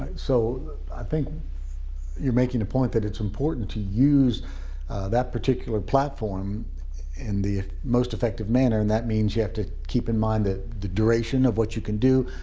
so i think you're making the point that it's important to use that particular platform in the most effective manner. and that means you have to keep in mind the duration of what you can do,